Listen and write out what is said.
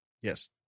Yes